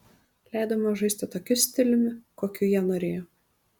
leidome žaisti tokiu stiliumi kokiu jie norėjo